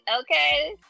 Okay